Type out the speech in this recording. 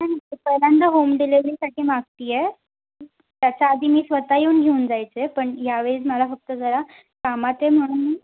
नाही ते पहिल्यांदा होम डिलेवरीसाठी मागते आहे त्याच्या आधी मी स्वतः येऊन घेऊन जायचे पण यावेळीस मला फक्त जरा कामात आहे म्हणून